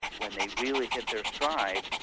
when they really hit their stride,